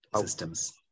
systems